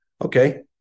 Okay